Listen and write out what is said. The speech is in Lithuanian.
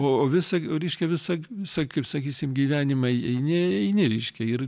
o o visa ką reiškia visa visa kaip sakysim gyvenimą eini eini reiškia ir